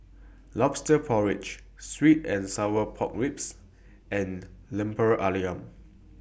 Lobster Porridge Sweet and Sour Pork Ribs and Lemper Ayam